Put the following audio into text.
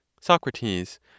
Socrates